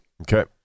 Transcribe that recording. Okay